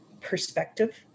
perspective